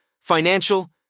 financial